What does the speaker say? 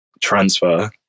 transfer